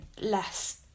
less